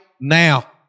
now